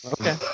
Okay